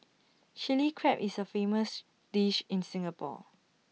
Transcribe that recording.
Chilli Crab is A famous dish in Singapore